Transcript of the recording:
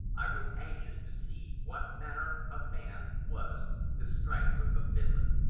i was anxious to see what manner of man was the strangler of finland.